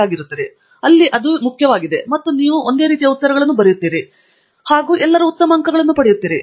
ಆದ್ದರಿಂದ ಅದು ಮುಖ್ಯವಾಗಿದೆ ಮತ್ತು ನೀವು ಒಂದೇ ರೀತಿಯ ಉತ್ತರಗಳನ್ನು ಬರೆಯುತ್ತೀರಿ ಮತ್ತು ನೀವು ಎಲ್ಲರೂ ಉತ್ತಮ ಅಂಕಗಳನ್ನು ಪಡೆಯುತ್ತೀರಿ